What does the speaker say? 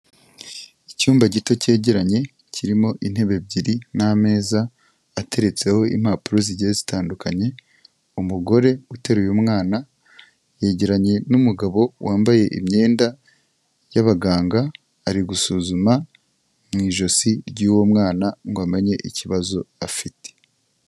Icyumba gito cyegeranye, kirimo intebe ebyiri n'ameza, ateretseho impapuro zigiye zitandukanye, umugore uteruye umwana yegeranye n'umugabo wambaye imyenda y'abaganga, ari gusuzuma mu ijosi ry'uwo mwana ngo amenye ikibazo afite.